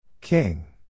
King